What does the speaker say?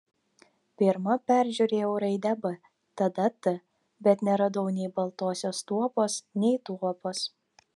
pirma peržiūrėjau raidę b tada t bet neradau nei baltosios tuopos nei tuopos